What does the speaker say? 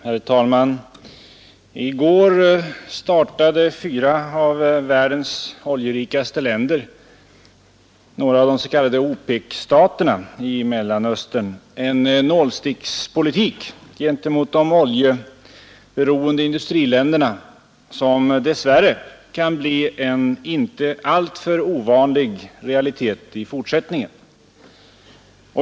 Herr talman! I går startade fyra av världens oljerikaste länder, några av de s.k. OPEC-staterna i Mellanöstern, en nålstickspolitik gentemot de oljeberoende industriländerna som dess värre kan bli en inte alltför ovanlig realitet i fortsättningen.